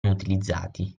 utilizzati